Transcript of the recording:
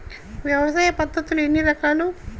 వ్యవసాయ పద్ధతులు ఎన్ని రకాలు?